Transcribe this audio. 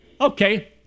okay